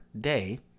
day